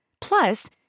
Plus